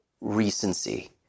recency